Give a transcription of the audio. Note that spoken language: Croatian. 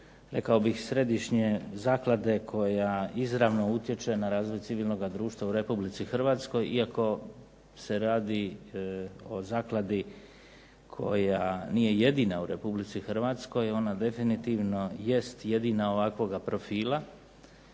rekao bih središnje zaklade koja izravno utječe na razvoj civilnoga društva u Republici Hrvatskoj. Iako se radi o zakladi koja nije jedina u Republici Hrvatskoj, ona definitivno jest jedina ovakvoga profila.